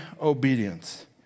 obedience